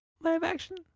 live-action